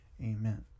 Amen